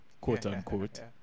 quote-unquote